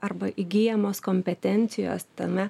arba įgyjamos kompetencijos tame